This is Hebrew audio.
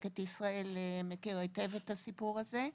"לקט ישראל" מכיר היטב את הסיפור הזה.